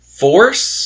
force